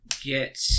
get